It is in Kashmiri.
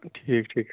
ٹھیٖک ٹھیٖک